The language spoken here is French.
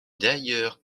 d’ailleurs